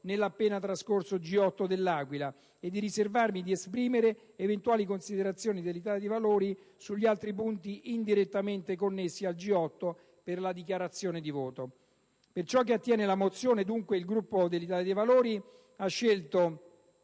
nell'appena trascorso G8 de L'Aquila e di riservarmi di esprimere eventuali considerazioni dell'Italia dei Valori sugli altri punti indirettamente connessi al G8 in dichiarazione di voto. Per ciò che attiene la mozione, dunque, il Gruppo dell'Italia dei Valori ha scelto